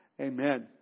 Amen